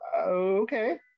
okay